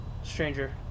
Stranger